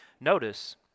Notice